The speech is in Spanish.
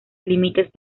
límites